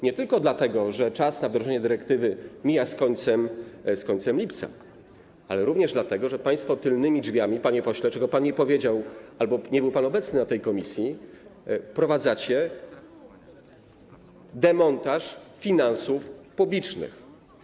Nie tylko dlatego, że czas na wdrożenie dyrektywy mija z końcem lipca, ale również dlatego, że państwo tylnymi drzwiami, panie pośle, czego pan nie powiedział, albo nie był pan obecny na posiedzeniu komisji, wprowadzacie demontaż finansów publicznych.